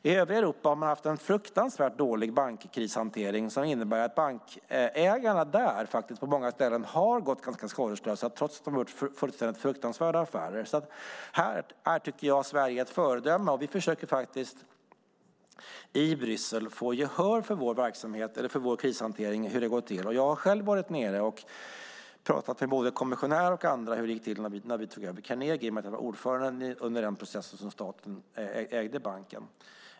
I övriga Europa har man haft fruktansvärt dålig bankkrishantering som innebär att bankägarna på många ställen har gått ganska skadeslösa ur det hela trots att de har gjort fruktansvärda affärer. Jag tycker att Sverige är ett föredöme. I Bryssel försöker vi få gehör för hur vår krishantering går till. Jag har varit där och pratat med både kommissionärer och andra om hur det gick till när vi tog över Carnegie. Jag var ordförande under den processen då staten ägde banken.